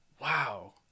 wow